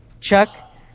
Chuck